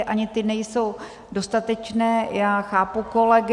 Ani ty nejsou dostatečné, já chápu kolegy.